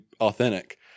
authentic